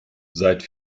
seit